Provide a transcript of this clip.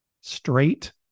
straight